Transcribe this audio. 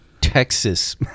Texas